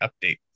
update